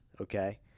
okay